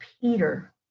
Peter